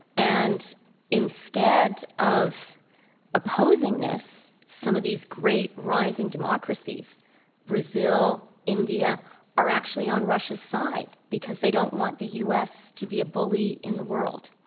and instead of opposing this, some of these great rising democracies brazil, india are actually on russia's side because they don't want the u. s. to be a bully in the world.